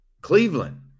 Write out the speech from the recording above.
cleveland